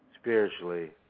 spiritually